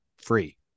free